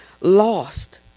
lost